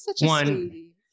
one